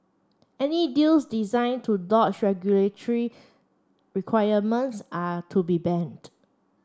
any deals designed to dodge regulatory requirements are to be banned